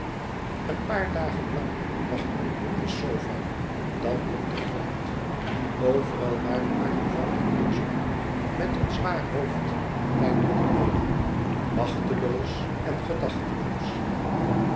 een paar dagen lang lag ik nu op de sofa dan op den grond overal waar ik maar toevallig neerzonk met een zwaar hoofd en pijnlijke leden machteloos en gedachteloos